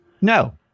no